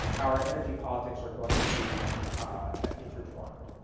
our energy politics are going to be intertwined.